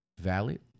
valid